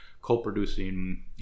co-producing